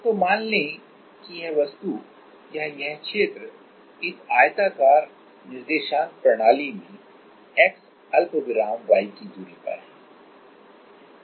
तो मान लें कि यह वस्तु या यह क्षेत्र इस आयताकार निर्देशांक प्रणाली में x अल्पविराम y की दूरी पर है